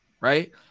right